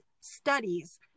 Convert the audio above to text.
studies